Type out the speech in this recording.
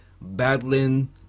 battling